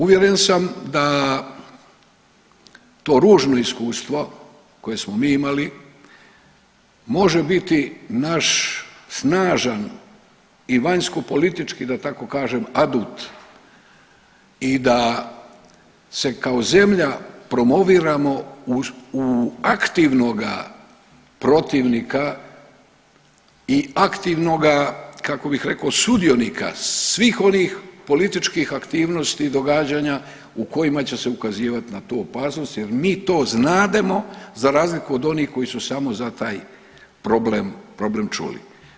Uvjeren sam da to ružno iskustvo koje smo mi imali može biti naš snažan i vanjskopolitički da tako kažem adut i da se kao zemlja promoviramo u aktivnoga protivnika i aktivnoga kako bih reko sudionika svih onih političkih aktivnosti i događanja u kojima će se ukazivat na tu opasnost jer mi to znademo za razliku od onih koji su samo za taj problem, problem čuli.